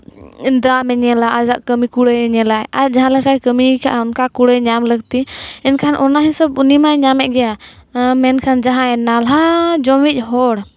ᱫᱟᱢᱮ ᱧᱮᱞᱟ ᱟᱭᱟᱜ ᱠᱟᱹᱢᱤ ᱠᱩᱲᱟᱹᱭ ᱮ ᱧᱮᱞᱟᱭ ᱟᱡ ᱡᱟᱦᱟᱸ ᱞᱮᱠᱟᱭ ᱠᱟᱹᱢᱤ ᱠᱟᱜᱼᱟ ᱚᱱᱠᱟ ᱠᱩᱲᱟᱹᱭ ᱧᱟᱢ ᱞᱟᱹᱠᱛᱤ ᱮᱱᱠᱷᱟᱱ ᱚᱱᱟ ᱦᱤᱥᱟᱹᱵᱽ ᱩᱱᱤᱢᱟᱭ ᱧᱟᱢᱮᱫ ᱜᱮᱭᱟ ᱢᱮᱱᱠᱷᱟᱱ ᱡᱟᱦᱟᱸᱭ ᱱᱟᱞᱦᱟ ᱡᱚᱢᱤᱡ ᱦᱚᱲ